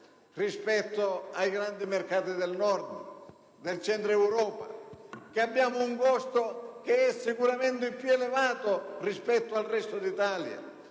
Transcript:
rispetto ai grandi mercati del Nord e del centro Europa e che abbiamo un costo che è sicuramente più elevato rispetto al resto d'Italia.